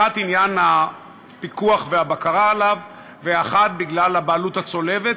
בגלל עניין הפיקוח והבקרה עליו ובגלל הבעלות הצולבת,